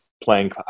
playing